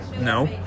No